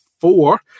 four